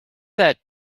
that